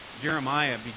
Jeremiah